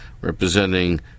representing